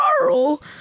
carl